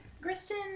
Kristen